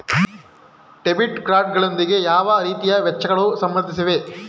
Debit card ಗಳೊಂದಿಗೆ ಯಾವ ರೀತಿಯ ವೆಚ್ಚಗಳು ಸಂಬಂಧಿಸಿವೆ?